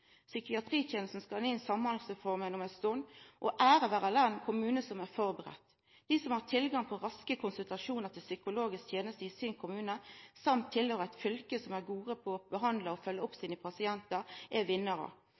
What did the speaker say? skal inn i Samhandlingsreforma om ei stund, og ære vera den kommunen som er førebudd. Dei som har tilgang på raske konsultasjonar til psykologisk teneste i sin kommune og i tillegg høyrer til eit fylke som er gode på å behandla og følgja opp pasientane sine, er vinnarar.